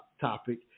topic